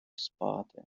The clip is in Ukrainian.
спати